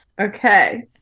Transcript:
Okay